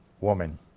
Woman